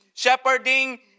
shepherding